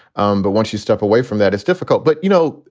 um but once you step away from that, it's difficult. but, you know,